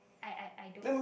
I I I I don't know